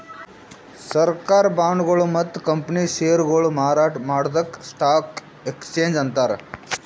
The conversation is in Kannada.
ಸರ್ಕಾರ್ ಬಾಂಡ್ಗೊಳು ಮತ್ತ್ ಕಂಪನಿ ಷೇರ್ಗೊಳು ಮಾರಾಟ್ ಮಾಡದಕ್ಕ್ ಸ್ಟಾಕ್ ಎಕ್ಸ್ಚೇಂಜ್ ಅಂತಾರ